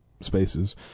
spaces